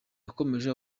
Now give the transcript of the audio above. yakomeje